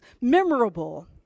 memorable